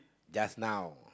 just now